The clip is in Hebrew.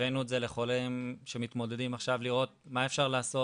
הבאנו את זה לחולים שמתמודדים עכשיו לראות מה אפשר לעשות,